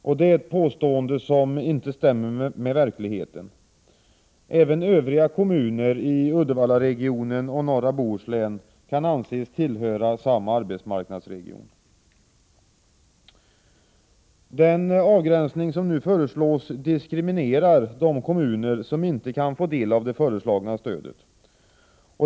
Detta är ett påstående som inte stämmer med verkligheten. Även övriga kommuner i Uddevallaregionen och i norra Bohuslän kan anses tillhöra Den avgränsning som nu föreslås diskriminerar de kommuner som inte kan få del av det föreslagna stödet.